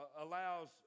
allows